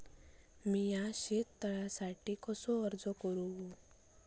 मीया शेत तळ्यासाठी कसो अर्ज करू?